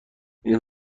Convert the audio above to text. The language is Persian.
این